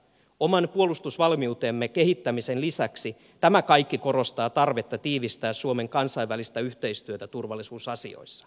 oman puolustusvalmiutemme kehittämisen lisäksi tämä kaikki korostaa tarvetta tiivistää suomen kansainvälistä yhteistyötä turvallisuusasioissa